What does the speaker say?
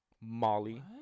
Molly